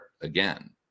again